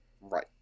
Right